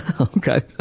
Okay